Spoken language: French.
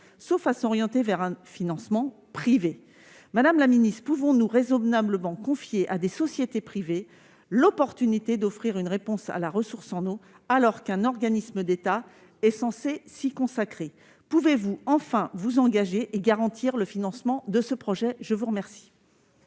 sauf à s'orienter vers un financement privé. Madame la secrétaire d'État, pouvons-nous raisonnablement confier à des sociétés privées le soin d'offrir une réponse à la ressource en eau, alors qu'un organisme d'État est censé s'y consacrer ? Pouvez-vous enfin vous engager à financer ce projet ? La parole